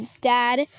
Dad